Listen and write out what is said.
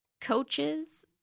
coaches